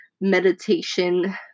meditation